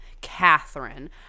Catherine